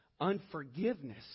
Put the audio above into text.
unforgiveness